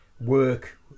work